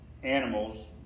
Animals